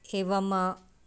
एवम्